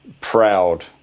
proud